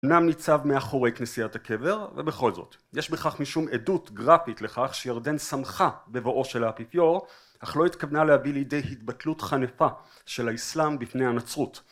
נם ניצב מאחורי כנסיית הקבר ובכל זאת יש בכך משום עדות גרפית לכך שירדן שמחה לבואו של האפיפיור אך לא התכוונה להביא לידי התבטלות חנפה של האיסלאם בפני הנצרות